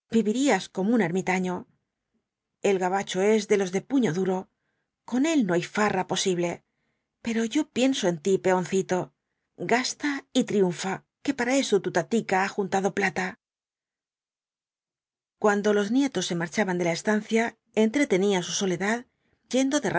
como un ermitaño el gabacho es de los de puño duro con él no hay farra posible pero yo pienso en ti peoncito gasta y triunfa que para eso tu tatica ha juntado plata cuando los nietos se marchaban de la estancia entretenía su soledad yendo de